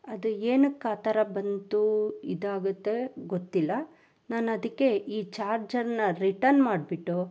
ಅದು ಏನಕ್ಕೆ ಆ ಥರ ಬಂತು ಇದಾಗುತ್ತೆ ಗೊತ್ತಿಲ್ಲ ನಾನು ಅದಕ್ಕೆ ಈ ಚಾರ್ಜರನ್ನ ರಿಟನ್ ಮಾಡಿಬಿಟ್ಟು